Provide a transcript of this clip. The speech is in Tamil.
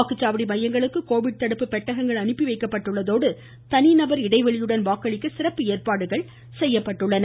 வாக்குச்சாவடி மையங்களுக்கு கோவிட் தடுப்பு பெட்டகங்கள் அனுப்பி வைக்கப்பட்டுள்ளதோடு தனி நபர் இடைவெளியுடன் வாக்களிக்க சிறப்பு ஏற்பாடுகள் செய்யப்பட்டுள்ளன